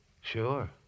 Sure